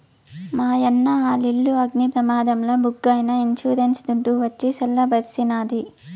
మాయన్న ఆలిల్లు అగ్ని ప్రమాదంల బుగ్గైనా ఇన్సూరెన్స్ దుడ్డు వచ్చి సల్ల బరిసినాది